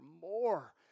more